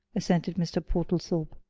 assented mr. portlethorpe.